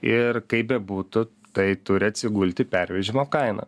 ir kaip bebūtų tai turi atsigult į pervežimo kainą